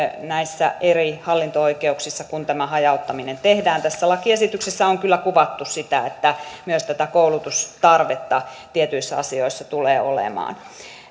näissä eri hallinto oikeuksissa kun tämä hajauttaminen tehdään tässä lakiesityksessä on kyllä kuvattu sitä että myös tätä koulutustarvetta tietyissä asioissa tulee olemaan